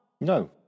No